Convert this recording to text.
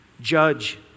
judge